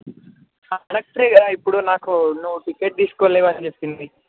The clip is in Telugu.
కండక్టరే కదా ఇప్పుడు నాకు నువ్వు టికెట్ తీసుకోలేవని చెప్పింది